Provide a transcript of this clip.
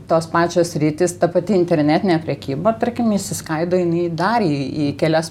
tos pačios sritys ta pati internetinė prekyba tarkim išsiskaido jinai į dar į į kelias